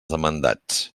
demandats